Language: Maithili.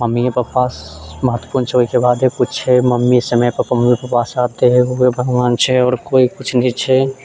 मम्मीए पप्पा महत्वपूर्ण छै ओहिके बादे किछु छै मम्मी पप्पा समय पर ओहे भगवान छै आओर कोय किछु नहि छै